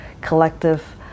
collective